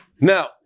Now